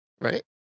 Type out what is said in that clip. Right